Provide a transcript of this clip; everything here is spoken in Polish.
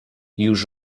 już